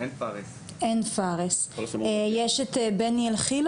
אין פארס, יש את בני אלחילו